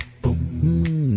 boom